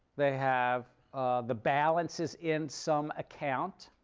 they have the balance is in some account.